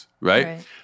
Right